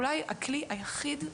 אולי הכלי היחיד,